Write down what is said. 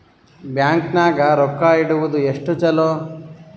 Bank ನಾಗ ರೊಕ್ಕ ಇಡುವುದು ಎಷ್ಟು ಚಲೋ?